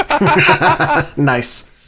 Nice